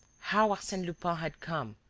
how arsene lupin had come,